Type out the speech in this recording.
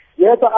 Yes